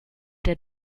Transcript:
der